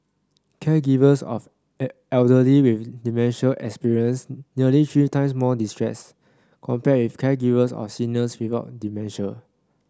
caregivers of elderly with dementia experienced nearly three times more distress compared with caregivers of seniors without dementia